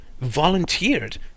volunteered